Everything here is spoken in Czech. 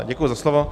Děkuji za slovo.